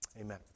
Amen